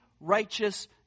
righteous